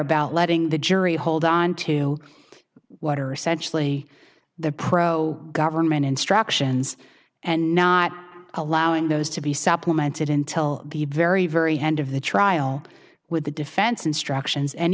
about letting the jury hold on to what are essentially the pro government instructions and not allowing those to be supplemented until the very very end of the trial with the defense instructions and